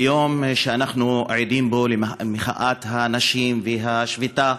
ביום שאנחנו עדים בו למחאת הנשים והשביתה